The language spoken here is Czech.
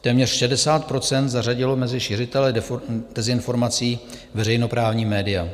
Téměř 60 % zařadilo mezi šiřitele dezinformací veřejnoprávní média.